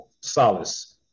solace